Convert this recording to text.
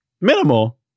Minimal